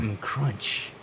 Crunch